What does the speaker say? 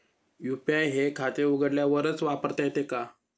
UPI हे खाते उघडल्यावरच वापरता येते का?